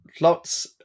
lots